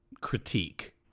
critique